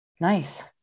nice